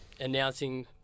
announcing